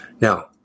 Now